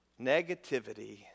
Negativity